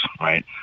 right